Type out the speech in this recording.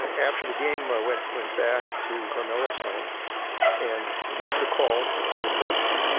after the game, ah went went back to carmelo's home and made the call to the president.